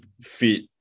fit